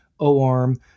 OARM